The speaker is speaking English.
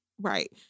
Right